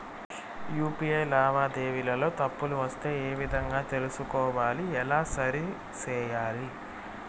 UPI లావాదేవీలలో తప్పులు వస్తే ఏ విధంగా తెలుసుకోవాలి? ఎలా సరిసేయాలి?